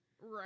right